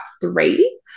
three